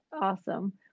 awesome